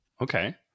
okay